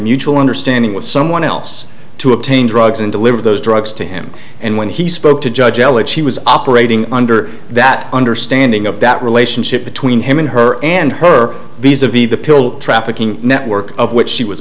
mutual understanding with someone else to obtain drugs and deliver those drugs to him and when he spoke to judge ellett she was operating under that understanding of that relationship between him and her and her visa v the pill trafficking network of which she was